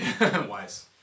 Wise